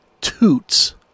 toots